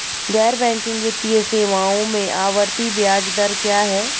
गैर बैंकिंग वित्तीय सेवाओं में आवर्ती ब्याज दर क्या है?